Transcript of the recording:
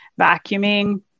vacuuming